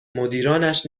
مدیرانش